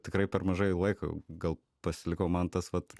tikrai per mažai laiko gal pasilikau man tas vat